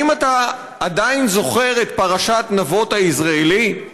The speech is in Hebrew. האם אתה עדיין זוכר את פרשת נבות היזרעאלי,